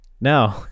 no